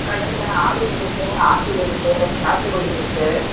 கடையில் ஆரெஞ்ச் இருக்கு ஆப்பிள் இருக்கு சாத்துக்குடி இருக்கு